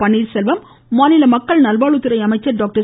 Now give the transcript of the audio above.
பன்னீர்செல்வம் மாநில மக்கள் நல்வாழ்வுத்துறை அமைச்சர் டாக்டர்